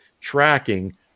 tracking